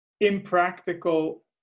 impractical